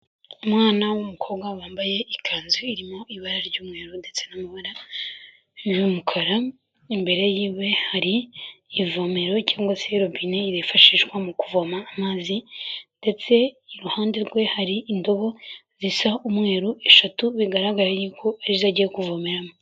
Umwana w'umukobwa wambaye ikanzu irimo ibara ry'umweru ndetse n'amabara y'umukara. Imbere yiwe hari ivomero cyangwa se robine yifashishwa mu kuvoma amazi. Ndetse iruhande rwe hari indobo zisa umweru eshatu bigaragara yuko ari zo agiye kuvomeramo.